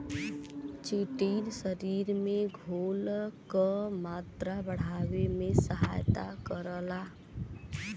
chitin शरीर में घोल क मात्रा बढ़ावे में सहायता करला